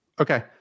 Okay